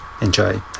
enjoy